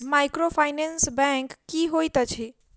Microfinance bank की होइत अछि?